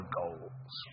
goals